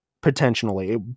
Potentially